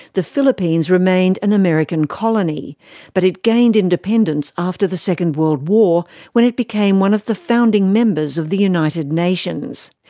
the philippines remained an american colony but it gained independence after the second world war when it became one of the founding members of the united nations.